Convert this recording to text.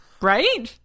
Right